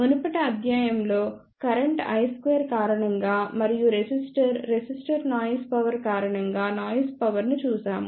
మునుపటి అధ్యాయం లో కరెంట్ i2 కారణంగా మరియు రెసిస్టర్ రెసిస్టర్ నాయిస్ పవర్ కారణంగా నాయిస్ పవర్ ని చూశాము